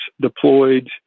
deployed